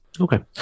Okay